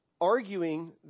arguing